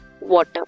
water